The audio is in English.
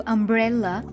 Umbrella